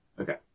Okay